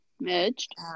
merged